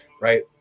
right